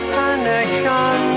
connection